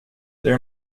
their